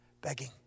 begging